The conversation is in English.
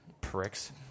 pricks